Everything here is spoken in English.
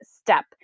step